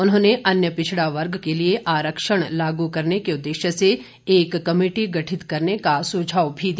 उन्होंने अन्य पिछड़ा वर्ग के लिए आरक्षण लागू करने के उद्देश्य से एक कमेटी गठित करने का सुझाव दिया